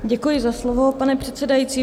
Děkuji za slovo, pane předsedající.